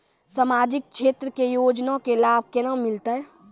समाजिक क्षेत्र के योजना के लाभ केना मिलतै?